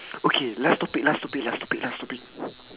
okay last topic last topic last topic last topic